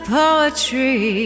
poetry